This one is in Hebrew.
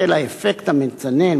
בשל האפקט המצנן,